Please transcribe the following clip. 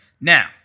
Now